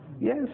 yes